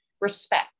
respect